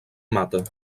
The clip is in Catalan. mata